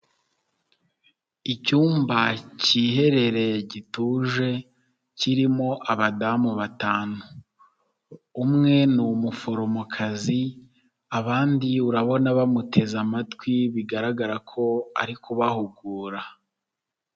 Icyumba cyiherereye gituje kirimo abadamu batanu. Umwe ni umuforomokazi abandi urabona bamuteze amatwi bigaragara ko ari kubahugura .